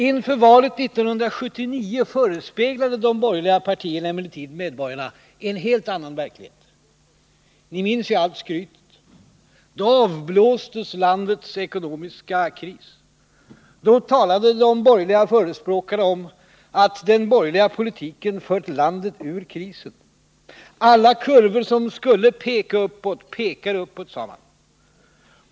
Inför valet 1979 förespeglade de borgerliga partierna emellertid medborgarna en helt annan verklighet — kammarens ledamöter minns säkerligen det skryt som då förekom. Då avblåstes landets ekonomiska kris. Då talade de borgerliga förespråkarna om att den borgerliga politiken hade fört landet ur krisen. Alla kurvor som skulle peka uppåt gjorde det, sade man.